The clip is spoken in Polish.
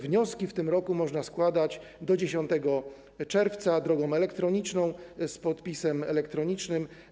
Wnioski w tym roku można składać do 10 czerwca drogą elektroniczną, z podpisem elektronicznym.